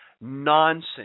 nonsense